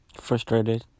frustrated